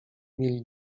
mieli